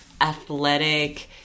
athletic